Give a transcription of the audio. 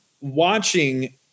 watching